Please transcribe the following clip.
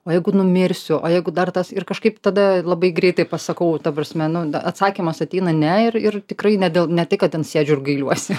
o jeigu numirsiu o jeigu dar tas ir kažkaip tada labai greitai pasakau ta prasme nu da atsakymas ateina ne ir ir tikrai ne dėl ne tai kad ten sėdžiu ir gailiuosi